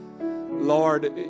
Lord